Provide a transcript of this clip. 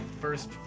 first